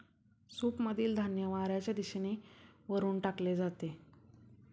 सूपमधील धान्य वाऱ्याच्या दिशेने वरून टाकले जाते